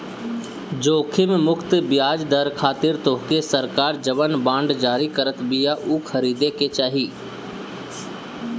जोखिम मुक्त बियाज दर खातिर तोहके सरकार जवन बांड जारी करत बिया उ खरीदे के चाही